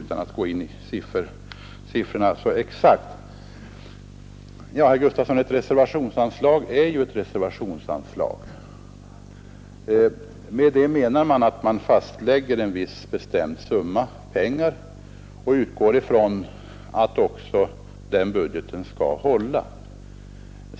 Ja, herr Gustafson, ett reservationsanslag är just ett reservationsanslag, och därmed menar man att ett bestämt belopp fastlägges och att man sedan utgår från att budgeten skall hålla.